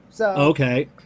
okay